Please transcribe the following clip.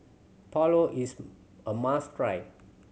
pulao is a must try